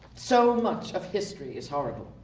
so much of history is horrible.